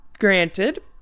Granted